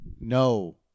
No